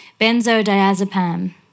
Benzodiazepam